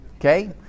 okay